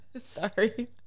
Sorry